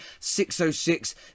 606